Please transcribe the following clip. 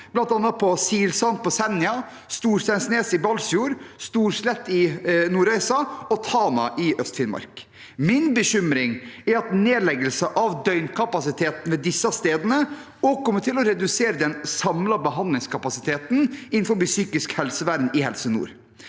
bl.a. på Silsand på Senja, Storsteinnes i Balsfjord, Storslett i Nordreisa og Tana i Øst-Finnmark. Min bekymring er at nedleggelse av døgnkapasiteten ved disse stedene kommer til å redusere den samlede behandlingskapasiteten innenfor psykisk helsevern i Helse nord.